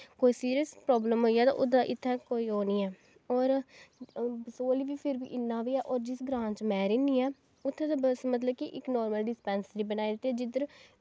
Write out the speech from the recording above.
कोई serious problem होई जा तो ओह्दा इत्थें कोई ओह् नी ऐ और बसोह्ली बी फिर बी इन्ना बी ऐ और जिस ग्रांऽ च में रैह्नी ऐं उत्थें ते बस इक नार्मल डिसपैंसरी ऐ बनाई दित्ती जिध्दर